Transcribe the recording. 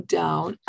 down